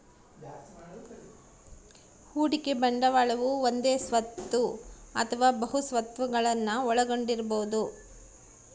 ಹೂಡಿಕೆ ಬಂಡವಾಳವು ಒಂದೇ ಸ್ವತ್ತು ಅಥವಾ ಬಹು ಸ್ವತ್ತುಗುಳ್ನ ಒಳಗೊಂಡಿರಬೊದು